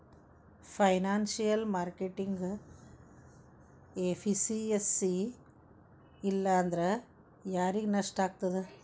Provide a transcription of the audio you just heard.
Financial marketing efficiency ಇಲ್ಲಾಂದ್ರ ಯಾರಿಗ್ ನಷ್ಟಾಗ್ತದ?